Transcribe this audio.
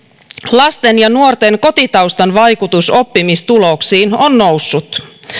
lasten ja nuorten kotitaustan vaikutus oppimistuloksiin on noussut